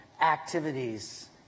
activities